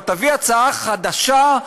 אבל תביא הצעה חדשה,